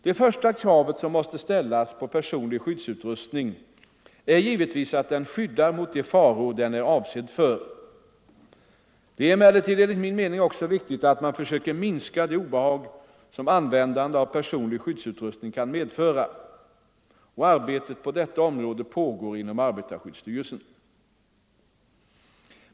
Det första kravet som måste ställas på personlig skyddsutrustning är givetvis att den skyddar mot de faror den är avsedd för. Det är emellertid enligt min mening också viktigt att man försöker minska det obehag som användande av personlig skyddsutrustning kan medföra. Arbete på detta område pågår inom arbetarskyddsstyrelsen.